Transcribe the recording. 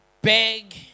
beg